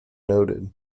noted